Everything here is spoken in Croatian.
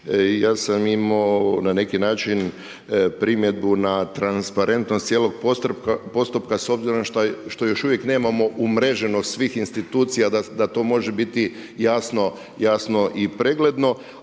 Ja sam imao na neki način primjedbu na transparentnost cijelog postupka s obzirom što još uvijek nemamo umreženost svih institucija da to može biti jasno i pregledno.